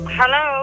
Hello